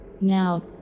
Now